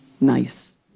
nice